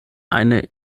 eine